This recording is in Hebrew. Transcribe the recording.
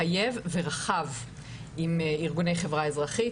מחייב ורחב עם ארגוני חברה אזרחית,